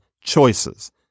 choices